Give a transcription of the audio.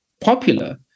popular